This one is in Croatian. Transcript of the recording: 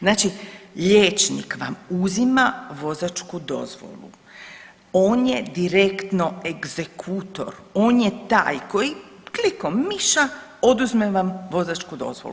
Znači liječnik vam uzima vozačku dozvolu, on je direktno egzekutor, on je taj koji klikom miša oduzme vam vozačku dozvolu.